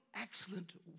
excellent